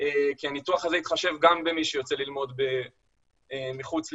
כי הניתוח הזה התחשב גם במי שיוצא ללמוד מחוץ לישראל.